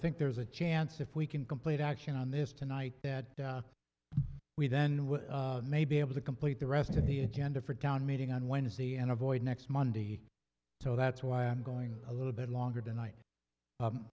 think there's a chance if we can complete action on this tonight that we then we may be able to complete the rest of the agenda for town meeting on wednesday and avoid next monday so that's why i'm going a little bit longer tonight